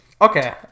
Okay